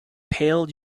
pale